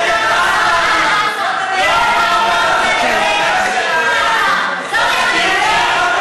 את לא שמה שום אחריות על ה"חמאס", וזו הבעיה.